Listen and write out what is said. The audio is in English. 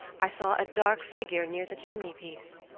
i saw a dark figure near the chimney-piece,